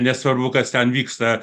nesvarbu kas ten vyksta